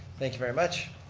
thank you very much.